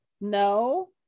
No